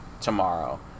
tomorrow